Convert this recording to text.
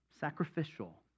sacrificial